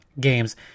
games